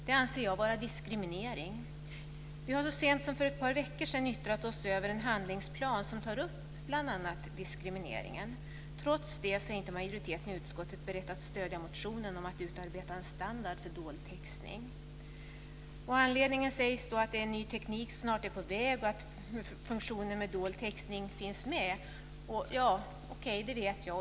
Det anser jag vara diskriminering. Vi har så sent som för ett par veckor sedan yttrat oss över en handlingsplan, som tar upp bl.a. diskrimineringen. Trots det är inte majoriteten i utskottet beredd att stödja motionen om att utarbeta en standard för dold textning. Anledningen sägs vara att ny teknik snart är på väg, och att funktionen för dold textning då finns med. Okej, det vet jag.